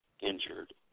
injured